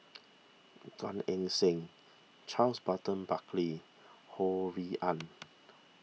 Gan Eng Seng Charles Burton Buckley Ho Rui An